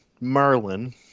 Merlin